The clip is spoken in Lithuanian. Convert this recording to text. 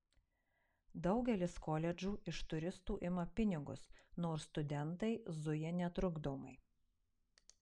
daugelis koledžų iš turistų ima pinigus nors studentai zuja netrukdomai